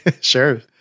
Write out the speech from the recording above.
Sure